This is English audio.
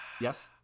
yes